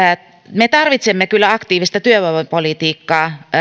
me tarvitsemme kyllä aktiivista työvoimapolitiikkaa